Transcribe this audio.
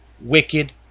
wicked